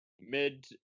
mid